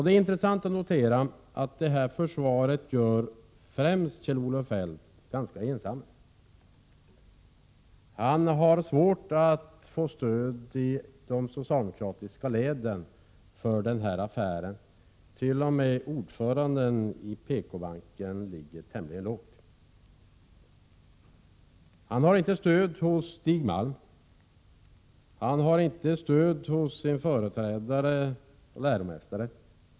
Det är intressant att notera att Kjell-Olof Feldt står ganska ensam när det gäller det här försvaret. Han har svårt att i de socialdemokratiska leden få stöd för affären. T.o.m. ordföranden i PKbanken ligger tämligen lågt. Finansministern har inget stöd hos Stig Malm och inte hos sin företrädare och läromästare.